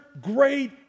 great